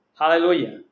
Hallelujah